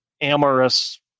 amorous